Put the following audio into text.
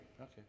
Okay